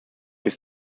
bis